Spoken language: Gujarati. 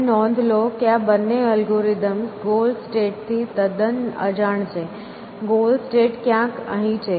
હવે નોંધ લો કે આ બંને એલ્ગોરિધમ્સ ગોલ સ્ટેટ થી તદ્દન અજાણ છે ગોલ સ્ટેટ ક્યાંક અહીં છે